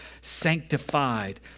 sanctified